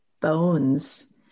bones